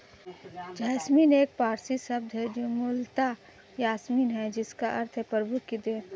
jasmine एक पारसी शब्द है जो मूलतः यासमीन है जिसका अर्थ है प्रभु की देन